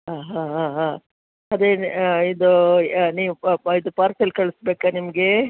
ಹಾಂ ಹಾಂ ಹಾಂ ಹಾಂ ಅದೇನು ಇದು ನೀವು ಇದು ಪಾರ್ಸೆಲ್ ಕಳಿಸ್ಬೇಕಾ ನಿಮ್ಗೆ